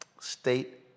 State